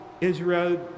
Israel